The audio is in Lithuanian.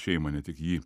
šeimą ne tik jį